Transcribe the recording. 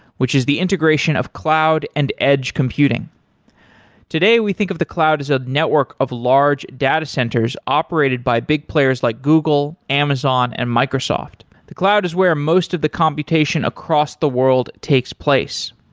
which is the integration of cloud and edge computing today, we think of the cloud as a network of large data centers operated by big players like google, amazon and microsoft. the cloud is where most of the computation across the world takes place.